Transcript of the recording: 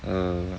um